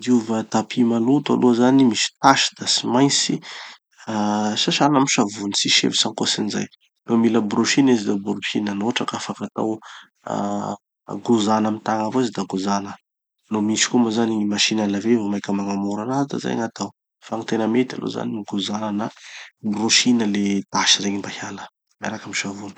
diova tapis maloto aloha zany misy tasy da tsy maintsy ah sasana amy savony. Tsisy hevitsy ankoatsin'izay. No mila borosina izy da borosina, no hotraky afaky atao ah gozana amy tagna avao izy da gozana, no misy koa moa zany gny machine à laver vomaika magnamora anazy da zay gn'atao. Fa gny tena mety aloha zany gozana, borosina regny tasy regny mba hiala, miaraky amy savony.